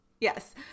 Yes